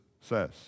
says